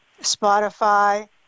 Spotify